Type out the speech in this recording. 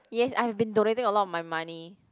yes I have been donating a lot of my money